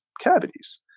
cavities